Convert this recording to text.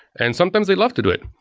and sometimes they love to do it,